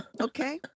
Okay